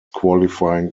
qualifying